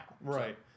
right